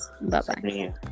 Bye-bye